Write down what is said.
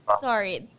Sorry